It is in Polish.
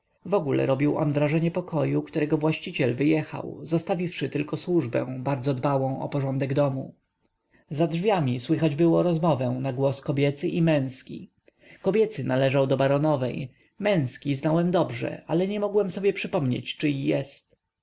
koszule wogóle robił on wrażenie pokoju którego właściciel wyjechał zostawiwszy tylko służbę bardzo dbałą o porządek domu za drzwiami słychać było rozmowę na głos kobiecy i męski kobiecy należał do baronowej męski znałem dobrze ale nie mogłem sobie przypomnieć czyj jest